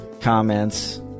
comments